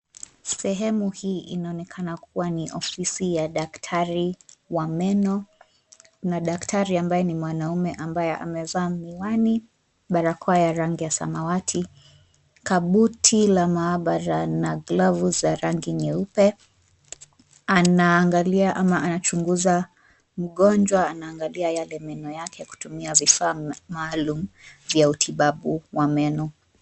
Sehemu hii inaonekana kuwa ni ofisi ya daktari wa meno na daktari ambaye ni mwanaume ambaye amevaa miwani, barakoa ya rangi ya samawati, kabuti la maabara na glavu za rangi nyeupe. Anaangalia ama anachunguza mgonjwa, anaangalia yale meno yake kutumia vifaa maalum vya utibabu wa meno.